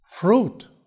fruit